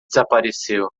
desapareceu